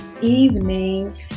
evening